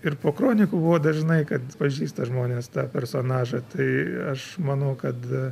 ir po kronikų buvo dažnai kad pažįsta žmonės tą personažą tai aš manau kad